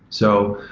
so,